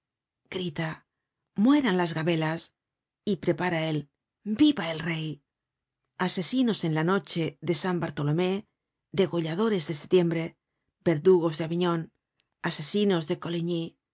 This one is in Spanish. grita mueran las gabelas y prepara el viva el rey asesinos en la noche de san bartolomé degolladores de setiembre verdugos de aviñon asesinos de coligny